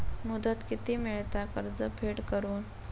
मुदत किती मेळता कर्ज फेड करून?